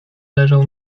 leżał